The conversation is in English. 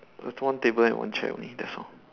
a one table and one chair only that's all